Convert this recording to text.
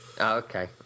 Okay